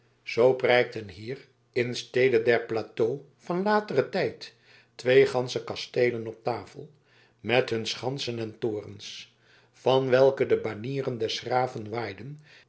zoo prijkten hier instede der plateaux van lateren tijd twee gansche kasteelen op tafel met hun schansen en torens van welke de banieren des graven waaiden